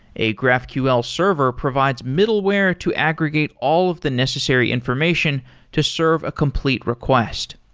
a graphql server provides middleware to aggregate all of the necessary information to serve a complete request.